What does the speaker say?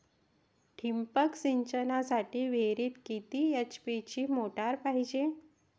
ठिबक सिंचनासाठी विहिरीत किती एच.पी ची मोटार पायजे?